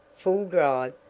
full drive,